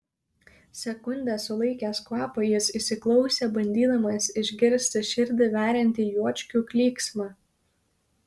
sekundę sulaikęs kvapą jis įsiklausė bandydamas išgirsti širdį veriantį juočkių klyksmą